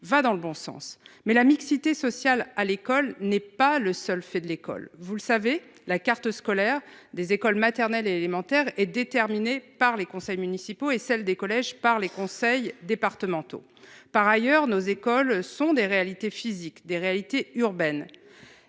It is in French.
va dans le bon sens mais la mixité sociale à l'école n'est pas le seul fait de l'école, vous le savez, la carte scolaire des écoles maternelles et élémentaires et déterminé par les conseils municipaux et celle des collèges par les conseils départementaux par ailleurs nos écoles sont des réalités physiques des réalités urbaines.